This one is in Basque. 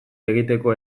egiteko